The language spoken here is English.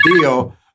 deal